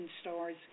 stores